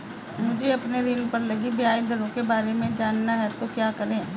मुझे अपने ऋण पर लगी ब्याज दरों के बारे में जानना है तो क्या करें?